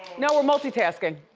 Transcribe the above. no, we're multitasking.